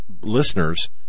listeners